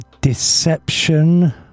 deception